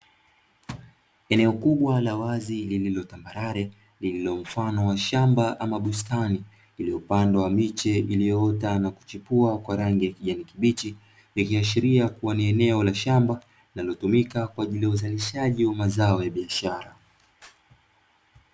Eneo kubwa la wazi lililo tambarale, lililo mfano wa shamba ama bustani, lililo pandwa miche iliyoota na kuchipua kwa rangi ya Kijani kibichi, likiashiria kuwa ni eneo la shamba linalotumika kwaajili ya uzalishaji wa mazao ya biashara.